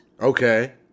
Okay